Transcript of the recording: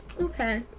Okay